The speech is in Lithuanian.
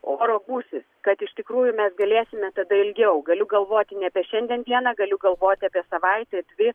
oro gūsis kad iš tikrųjų mes galėsime tada ilgiau galiu galvoti apie šiandien dieną galiu galvoti apie savaitę dvi